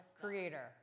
creator